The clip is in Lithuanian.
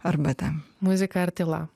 arbata muzika ar tyla